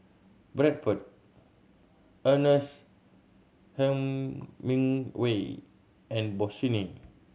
Bradford Ernest Hemingway and Bossini